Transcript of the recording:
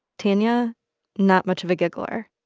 tanya not much of a giggler.